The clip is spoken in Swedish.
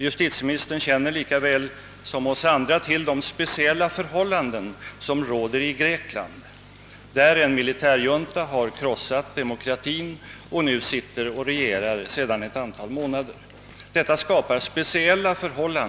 Justitieministern känner lika väl som vi andra till de speciella förhållanden som råder i Grekland, där en militärjunta har krossat demokratin och nu regerar sedan ett antal månader.